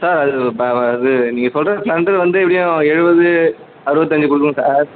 sir அது ப இது நீங்கள் சொல்கிற ஸ்ப்ளெண்டர் வந்து எப்படியும் எழுபது அறுபத்தஞ்சு கொடுக்கும் சார்